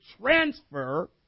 transfer